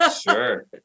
Sure